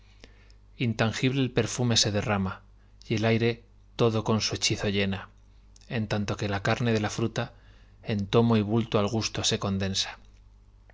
intangible el perfume se derrama y el aire todo con su hechizo llena en tanto que la carne de la fruta en tomo y bulto al gusto se condensa